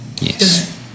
Yes